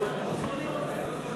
לא נתקבלה.